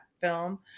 film